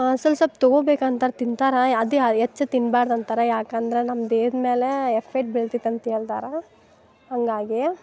ಸೊಲ್ಪ ಸೊಲ್ಪ ತಗೊಬೇಕಂತಾರೆ ತಿಂತಾರೆ ಅದು ಯಾ ಹೆಚ್ಚು ತಿನ್ಬಾರ್ದು ಅಂತಾರ ಯಾಕಂದ್ರೆ ನಮ್ಮ ದೇಹದ ಮ್ಯಾಲ ಎಫೆಟ್ ಬಿಳ್ತೈತಿ ಅಂತ ಹೇಳ್ತಾರ ಹಂಗಾಗೆ